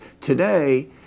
today